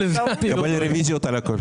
תקבל רביזיות על הכול.